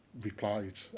replied